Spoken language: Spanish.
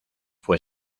fue